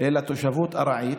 אלא תושבות ארעית,